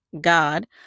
god